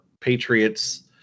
Patriots